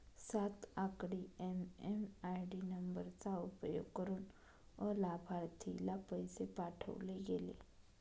सात आकडी एम.एम.आय.डी नंबरचा उपयोग करुन अलाभार्थीला पैसे पाठवले गेले